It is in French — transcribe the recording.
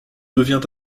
devient